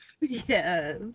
Yes